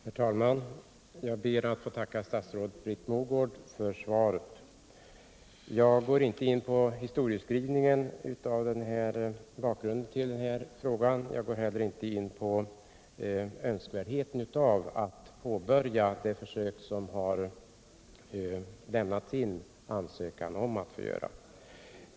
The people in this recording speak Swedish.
Herr talman! Jag ber att få tacka statsrådet Britt Mogård för svaret. Jag går inte in på någon historieskrivning eller på bakgrunden till denna fråga. Jag går inte heller in på önskvärdheten av att påbörja det försök som man har lämnat in en ansökan om att få göra.